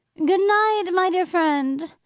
good night, my dear friend!